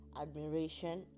admiration